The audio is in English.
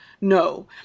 No